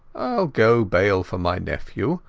go bail for my nephew.